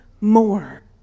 more